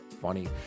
funny